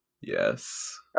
Yes